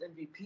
MVP